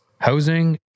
housing